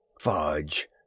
Fudge